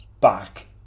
Back